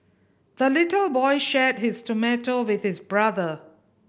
the little boy shared his tomato with his brother